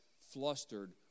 flustered